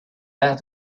that